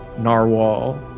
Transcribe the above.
Narwhal